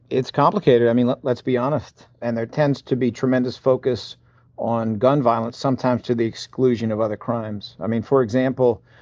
it's complicated. i mean, like let's be honest. and there tends to be tremendous focus on gun violence, sometimes to the exclusion of other crimes. i mean, for example,